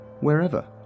wherever